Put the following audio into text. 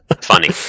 funny